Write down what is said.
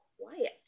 quiet